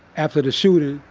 after the shooting,